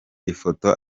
ifoto